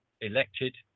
elected